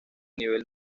nivel